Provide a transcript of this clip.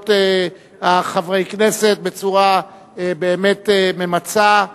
שאלות חברי הכנסת בצורה באמת ממצה,